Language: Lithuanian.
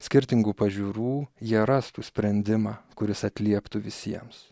skirtingų pažiūrų jie rastų sprendimą kuris atlieptų visiems